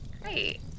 Great